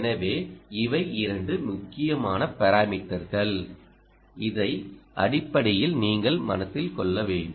எனவே இவை இரண்டு முக்கியமான பாராமீட்டர்கள் இதை அடிப்படையில் நீங்கள் மனதில் கொள்ள வேண்டும்